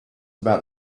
about